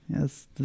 Yes